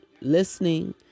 listening